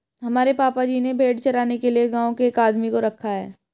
हमारे पापा जी ने भेड़ चराने के लिए गांव के एक आदमी को रखा है